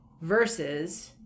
versus